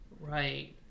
Right